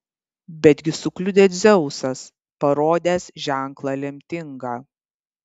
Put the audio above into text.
betgi sukliudė dzeusas parodęs ženklą lemtingą